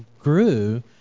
grew